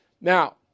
Now